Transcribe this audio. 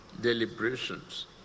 deliberations